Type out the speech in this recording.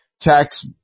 tax